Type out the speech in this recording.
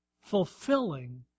fulfilling